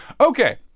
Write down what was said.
Okay